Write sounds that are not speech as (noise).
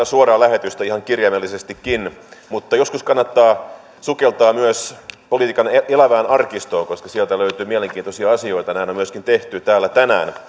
(unintelligible) suoraa lähetystä ihan kirjaimellisestikin mutta joskus kannattaa sukeltaa myös politiikan elävään arkistoon koska sieltä löytyy mielenkiintoisia asioita näin on myöskin tehty täällä tänään